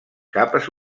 capes